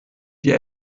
die